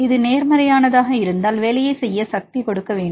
இது நேர்மறையானதாக இருந்தால் வேலையைச் செய்ய சக்தி கொடுக்க வேண்டும்